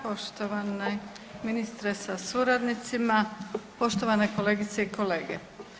Poštovani ministre sa suradnicima, poštovane kolegice i kolege.